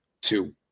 two